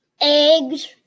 Eggs